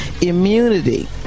immunity